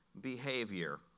behavior